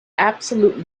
absolutely